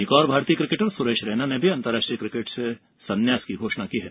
एक और भारतीय किकेटर सुरेश रैना ने भी अंतर्राष्ट्रीय क्रिकेट से संन्यास की घोषणा की है